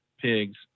pigs